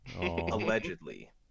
Allegedly